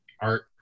art